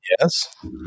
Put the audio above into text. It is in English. Yes